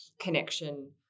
connection